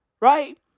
right